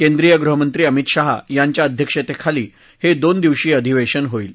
केंद्रीय गृहमंत्री अमित शहा यांच्या अध्यक्षतेखाली हे दोन दिवसीय अधिवेशन होईल